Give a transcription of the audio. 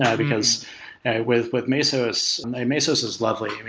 yeah because with with mesos and mesos is lovely.